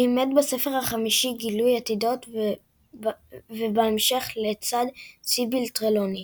לימד בספר החמישי גילוי עתידות ובהמשך לצד סיביל טרלוני.